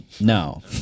no